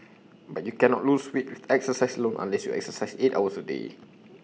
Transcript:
but you cannot lose weight with exercise alone unless you exercise eight hours A day